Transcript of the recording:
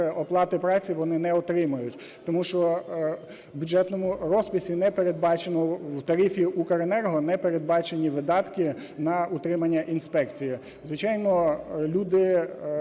оплату праці вони не отримують. Тому що в бюджетному розписі не передбачено, в тарифі "Укренерго" не передбачені видатки на утримання інспекції. Звичайно, люди